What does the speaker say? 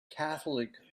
catholic